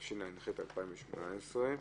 התשע"ח-2018,